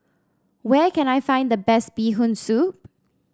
where can I find the best Bee Hoon Soup